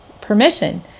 permission